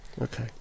Okay